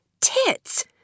tits